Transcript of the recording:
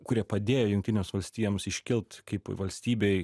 kurie padėjo jungtinėms valstijoms iškilt kaip valstybei